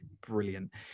Brilliant